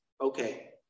okay